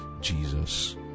Jesus